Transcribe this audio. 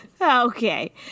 Okay